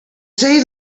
say